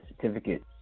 certificate